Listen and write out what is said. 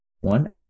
one